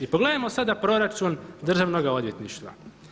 I pogledajmo sada proračun Državnoga odvjetništva.